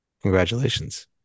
congratulations